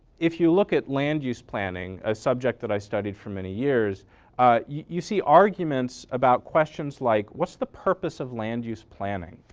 if you look at land use planning, a subject that i studied for many years you see arguments about questions like what's the purpose of land use planning,